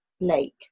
lake